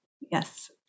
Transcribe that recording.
Yes